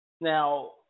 Now